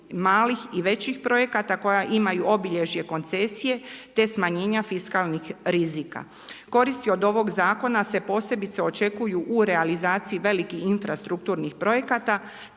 malih i većih projekata koja imaju obilježje koncesije te smanjenja fiskalnih rizika. Koristi od ovog zakona se posebice očekuju u realizaciji velikih infrastrukturnih projekata